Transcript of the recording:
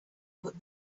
put